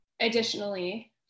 additionally